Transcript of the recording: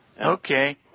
Okay